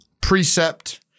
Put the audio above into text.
Precept